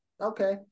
Okay